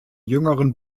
jüngeren